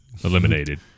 eliminated